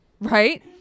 Right